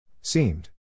Seemed